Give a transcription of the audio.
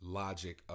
logic